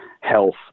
health